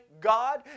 God